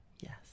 Yes